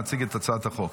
להציג את הצעת החוק.